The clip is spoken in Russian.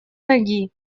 ноги